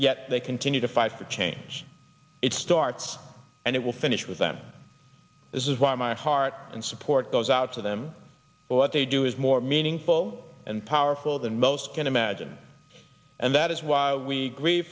yet they continue to fight to change it starts and it will finish with them this is why my heart and support goes out to them but what they do is more meaningful and powerful than most can imagine and that is why we gr